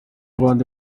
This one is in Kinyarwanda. bande